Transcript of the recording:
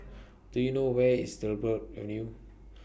Do YOU know Where IS Dryburgh Avenue